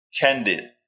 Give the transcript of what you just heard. Candid